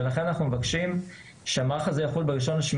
ולכן אנחנו מבקשים שהמהלך הזה יחול ב-1 באוגוסט.